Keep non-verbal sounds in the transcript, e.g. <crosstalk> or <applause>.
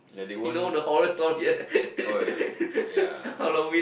you know the horror story <laughs> Halloween